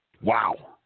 Wow